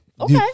okay